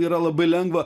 yra labai lengva